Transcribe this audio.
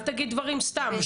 אל תגיד דברים סתם.